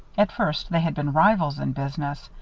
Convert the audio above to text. at first they had been rivals in business,